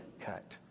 cut